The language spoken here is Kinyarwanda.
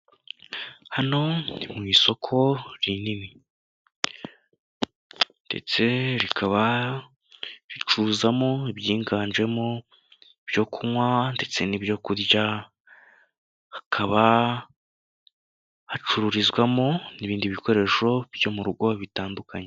Hano ni mu isoko rinini, ndetse rikaba ricuzamo ibyinganjemo ibyo kunywa, ndetse n'ibyo kurya, hakaba hacururizwamo n'ibindi bikoresho byo mu rugo bitandukanye.